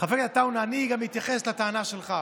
אני אתייחס גם לטענה שלך.